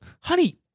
honey